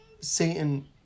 Satan